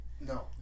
No